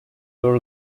were